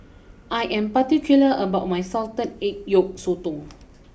I am particular about my Salted Egg Yolk Sotong